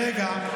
רגע.